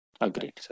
Agreed